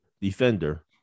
Defender